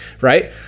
Right